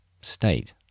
state